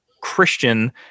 Christian